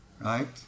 right